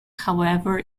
however